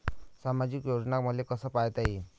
सामाजिक योजना मले कसा पायता येईन?